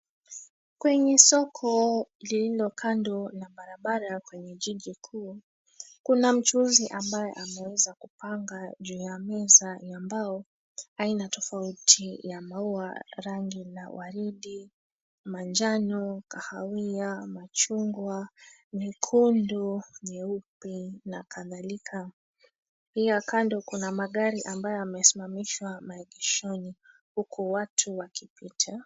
Kwenye soko lilio kando na barabara kwenye jiji kuu. Kuna mchuuzi ambaye ameweza kupanga juu ya meza ya mbao aina tofauti ya maua rangi na waridi, manjano, kahawia, machungwa, mekundu, nyeupe na kadhalika. Pia kando kuna magari ambayo yamesimamishwa maegeshoni huku watu wakipita.